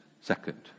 second